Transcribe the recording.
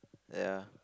ya